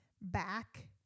back